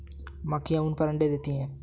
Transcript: मक्खियाँ ऊन पर अपने अंडे देती हैं